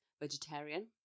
vegetarian